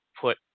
put